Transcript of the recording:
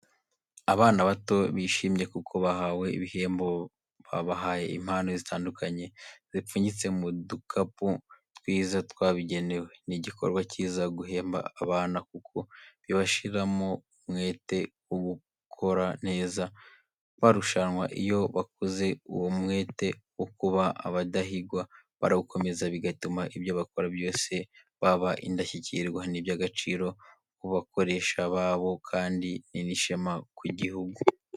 Abana bato bishimye kuko bahawe ibihembo, babahaye impano zitandukanye zipfunyitse mu du kapu twiza twabigenewe. Ni igikorwa kiza guhemba abana kuko bibashyiramo umwete wo gukora neza barushamwa iyo bakuze uwo mwete wo kuba abadahigwa barawukomeza bigatuma ibyo bakora byose baba indashyikirwa. Ni iby'agaciro ku bakoresha babo kandi ni n'ishema ku gihugu.